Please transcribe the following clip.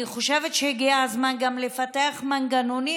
אני חושבת שהגיע הזמן גם לפתח מנגנונים